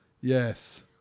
Yes